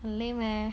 很 lame leh